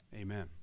amen